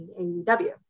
AEW